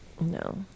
No